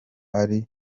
ari